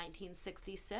1966